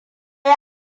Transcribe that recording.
yi